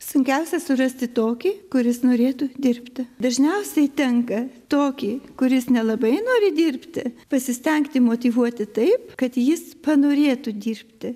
sunkiausia surasti tokį kuris norėtų dirbti dažniausiai tenka tokį kuris nelabai nori dirbti pasistengti motyvuoti taip kad jis panorėtų dirbti